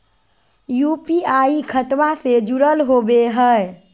UPI खतबा से जुरल होवे हय?